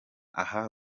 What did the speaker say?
aha